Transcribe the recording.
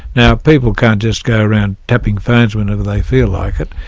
now people can't just go around tapping phones whenever they feel like it,